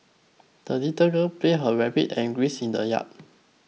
the little girl played her rabbit and grease in the yard